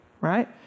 right